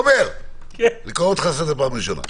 תומר, אני קורא אותך לסדר פעם ראשונה.